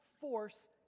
force